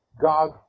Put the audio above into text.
God